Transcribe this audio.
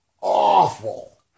awful